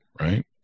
right